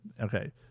okay